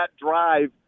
drive